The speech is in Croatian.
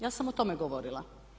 Ja sam o tome govorila.